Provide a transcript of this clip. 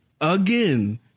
again